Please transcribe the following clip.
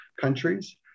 countries